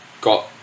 got